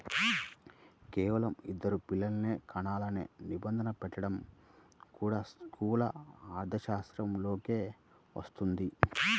కేవలం ఇద్దరు పిల్లలనే కనాలనే నిబంధన పెట్టడం కూడా స్థూల ఆర్థికశాస్త్రంలోకే వస్తది